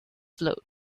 float